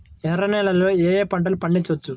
ఎర్ర నేలలలో ఏయే పంటలు పండించవచ్చు?